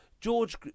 george